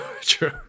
true